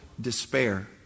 despair